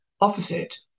opposite